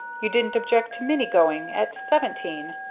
you didn't object to minnie's going at seventeen.